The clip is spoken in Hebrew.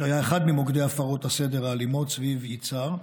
שהיה אחד ממוקדי הפרות הסדר האלימות סביב סביב יצהר,